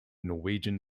norwegian